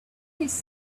his